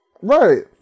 Right